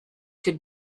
could